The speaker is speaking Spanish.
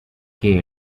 que